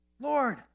Lord